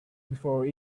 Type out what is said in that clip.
before